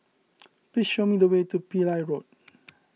please show me the way to Pillai Road